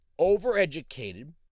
overeducated